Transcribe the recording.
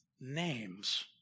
names